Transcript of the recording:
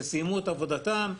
שסיימו את עבודתם,